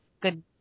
good